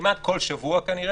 כמעט כל שבוע כנראה,